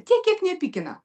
tiek kiek nepykina